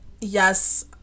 yes